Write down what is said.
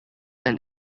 and